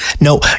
No